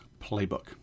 playbook